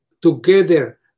together